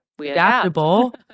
adaptable